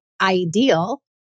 ideal